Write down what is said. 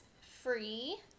free